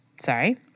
sorry